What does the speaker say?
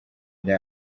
bya